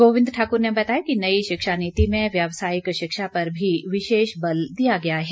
गोविंद ठाकुर ने बताया कि नई शिक्षा नीति में व्यवसायिक शिक्षा पर भी विशेष बल दिया गया है